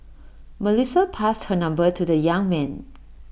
Melissa passed her number to the young man